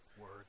Word